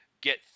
get